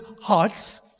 hearts